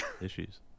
issues